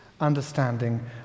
understanding